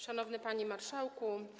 Szanowny Panie Marszałku!